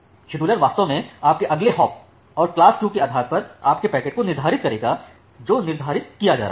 scheduler वास्तव में आपके अगले हॉप और क्लास क्यू के आधार पर आपके पैकेट को निर्धारित करेगा जो निर्धारित किया जा रहा है